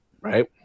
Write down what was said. right